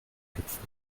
gipfel